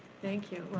thank you,